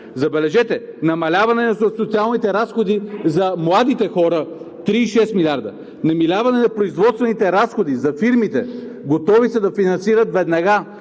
забележете, намаляване на социалните разходи за младите хора – 36 милиарда; намаляване на производствените разходи за фирмите – готови са да финансират веднага